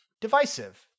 Divisive